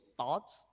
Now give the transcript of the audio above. thoughts